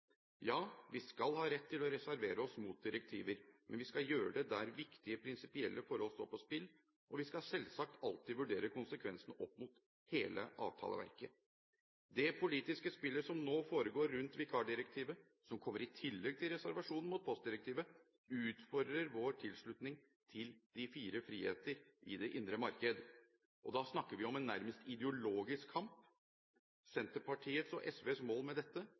Ja, vi skal ha rett til å reservere oss mot direktiver, men vi skal gjøre det der viktige prinsipielle forhold står på spill, og vi skal selvsagt alltid vurdere konsekvensene opp mot hele avtaleverket. Det politiske spillet som nå foregår rundt vikarbyrådirektivet, som kommer i tillegg til reservasjonen mot postdirektivet, utfordrer vår tilslutning til de fire friheter i det indre marked. Da snakker vi om en nærmest ideologisk kamp. Senterpartiets og SVs mål med dette